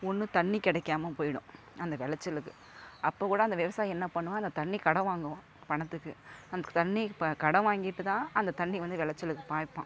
ஒன்று தண்ணி கிடைக்காம போய்விடும் அந்த விளச்சலுக்கு அப்போக்கூட அந்த விவசாயி என்ன பண்ணுவான் அந்த தண்ணீர் கடன் வாங்குவான் பணத்துக்கு அந்த தண்ணீர் இப்போ கடன் வாங்கிட்டுதான் அந்த தண்ணீர் வந்து விளைச்சலுக்கு பாய்ப்பான்